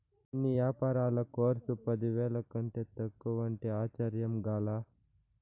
కొన్ని యాపారాల కర్సు పదివేల కంటే తక్కువంటే ఆశ్చర్యంగా లా